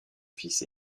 fils